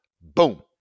Boom